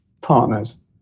partners